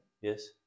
Yes